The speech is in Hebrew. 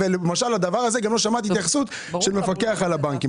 לדבר הזה לא שמעתי התייחסות המפקח על הבנקים.